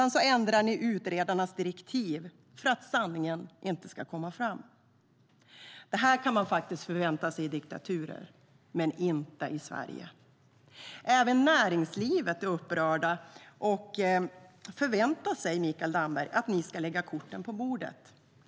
Ni ändrar utredarens direktiv för att sanningen inte ska komma fram. Det kan man faktiskt förvänta sig i diktaturer, men inte i Sverige.Även näringslivet är upprört och förväntar sig, Mikael Damberg, att ni ska lägga korten på bordet.